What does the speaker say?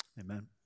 Amen